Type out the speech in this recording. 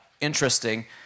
interesting